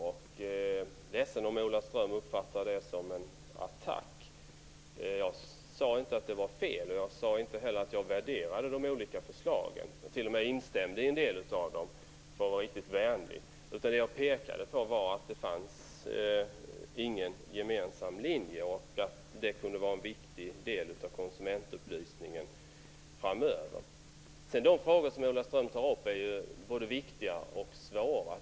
Jag är ledsen om Ola Ström uppfattade det som en attack. Jag sade inte att detta var fel, och jag sade inte heller att jag värderade de olika förslagen utan jag t.o.m. instämde i en del av dem för att vara riktigt vänlig. Vad jag pekade på var att det inte finns någon gemensam linje, och att det kan vara en viktig del av konsumentupplysningen framöver. De frågor som Ola Ström tar upp är både viktiga och svåra.